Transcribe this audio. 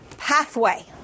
Pathway